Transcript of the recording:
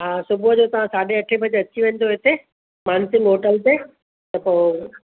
हा सुबुह जो तव्हां साढे अठे बजे अची वञिजो हिते मानसिंग होटल ते त पोइ